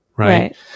Right